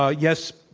ah yes,